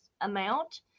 amount